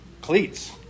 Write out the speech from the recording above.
cleats